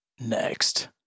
next